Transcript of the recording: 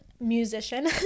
musician